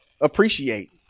Appreciate